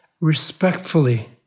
respectfully